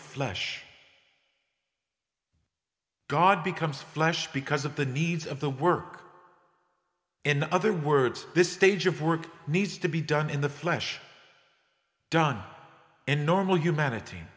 flesh god becomes flesh because of the needs of the work in other words this stage of work needs to be done in the flesh done in normal humanity